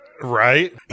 Right